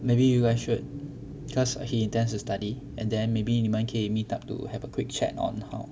maybe you guys should just cause he intends to study and then maybe 你们可以 meet up to have a quick chat on how